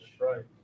Right